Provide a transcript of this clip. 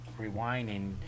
rewinding